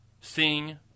sing